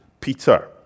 Peter